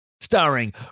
starring